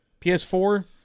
PS4